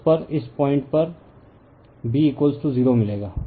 उस पर इस पॉइंट पर B 0 मिलेगा